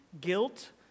guilt